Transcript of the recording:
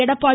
Edappadi